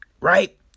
Right